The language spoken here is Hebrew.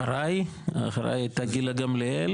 אחריי הייתה גילה גמליאל.